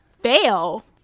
fail